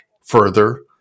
Further